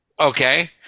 okay